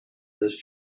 this